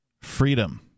freedom